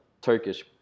Turkish